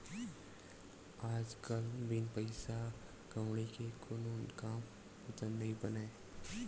आज कल बिन पइसा कउड़ी के कोनो काम बूता नइ बनय